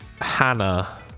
Hannah